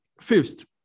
first